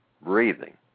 breathing